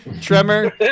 Tremor